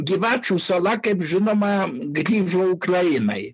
gyvačių sala kaip žinoma grįžo ukrainai